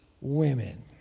women